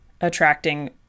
attracting